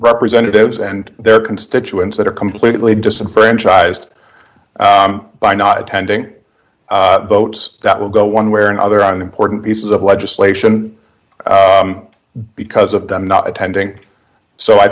representatives and their constituents that are completely disenfranchised by not attending votes that will go one way or another on important pieces of legislation because of them not attending so i